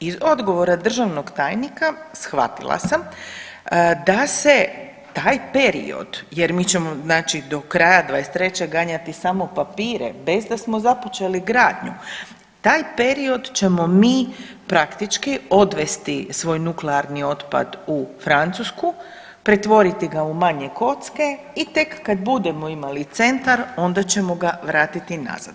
Iz odgovora državnog tajnika shvatila sam da se taj period, jer mi ćemo znači do kraja 2023. ganjati samo papire bez da smo započeli gradnju, taj period ćemo mi praktički odvesti svoj nuklearni otpad u Francusku, pretvoriti ga u manje kocke i tek kad budemo imali centar, onda ćemo ga vratiti nazad.